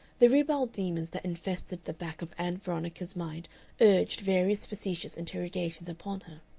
the ribald demons that infested the back of ann veronica's mind urged various facetious interrogations upon her,